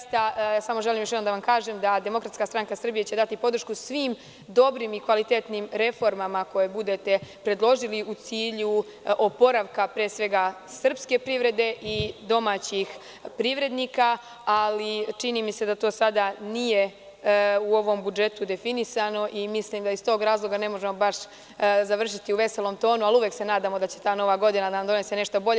Samo želim još jednom da vam kažem da DSS će dati podršku svim dobrim i kvalitetnim reformama koje budete predložili u cilju oporavka pre svega srpske privrede i domaćih privrednika, ali čini mi se da to sada nije u ovom budžetu definisano i mislim da iz tog razloga ne možemo završiti u veselom tonu, ali uvek se nadamo da će ta nova godina da nam donese nešto bolje.